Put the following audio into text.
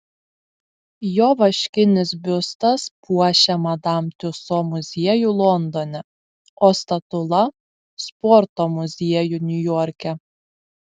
jo vaškinis biustas puošia madam tiuso muziejų londone o statula sporto muziejų niujorke